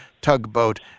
tugboat